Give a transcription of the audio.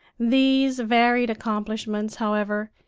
these varied accomplishments, however,